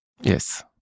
Yes